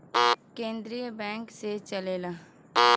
केन्द्रीय बैंक से चलेला